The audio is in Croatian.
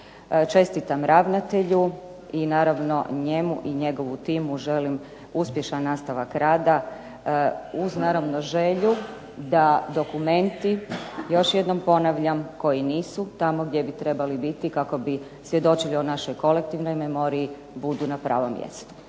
Čestitam ravnatelju i naravno njemu i njegovu timu želim uspješan nastavak rada uz naravno želju da dokumenti, još jednom ponavljam, koji nisu tamo gdje bi trebali biti kako bi svjedočili o našoj kolektivnoj memoriji, budu na pravom mjestu.